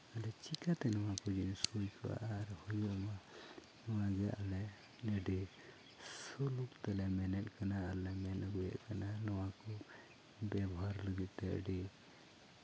ᱛᱟᱦᱞᱮ ᱪᱤᱠᱟᱹᱛᱮ ᱱᱚᱣᱟ ᱠᱚ ᱡᱤᱱᱤᱥ ᱦᱩᱭ ᱠᱚᱜᱼᱟ ᱟᱨ ᱦᱩᱭᱩᱜ ᱢᱟ ᱱᱚᱣᱟ ᱜᱮ ᱟᱞᱮ ᱟᱹᱰᱤ ᱨᱩᱯ ᱛᱮᱞᱮ ᱢᱮᱱᱮᱫ ᱠᱟᱱᱟ ᱟᱨᱞᱮ ᱢᱮᱱ ᱟᱹᱜᱩᱭᱮᱫ ᱠᱟᱱᱟ ᱱᱚᱣᱟ ᱠᱚ ᱵᱮᱵᱚᱦᱟᱨ ᱞᱟᱹᱜᱤᱫ ᱛᱮ ᱟᱹᱰᱤ